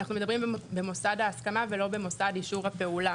אנחנו מדברים כאן במוסד ההסכמה ולא במוסד אישור הפעולה,